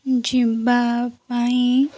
ଯିବା ପାଇଁ